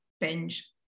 binge